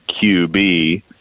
QB